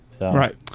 Right